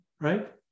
Right